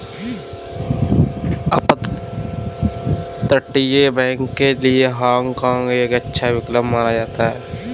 अपतटीय बैंक के लिए हाँग काँग एक अच्छा विकल्प माना जाता है